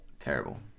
terrible